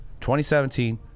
2017